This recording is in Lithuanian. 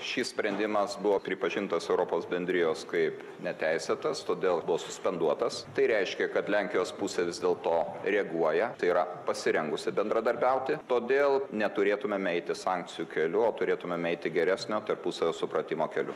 šis sprendimas buvo pripažintas europos bendrijos kaip neteisėtas todėl buvo suspenduotas tai reiškia kad lenkijos pusė vis dėlto reaguoja tai yra pasirengusi bendradarbiauti todėl neturėtumėme eiti sankcijų keliu o turėtumėme eiti geresnio tarpusavio supratimo keliu